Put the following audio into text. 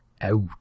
out